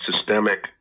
systemic